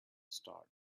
start